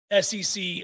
SEC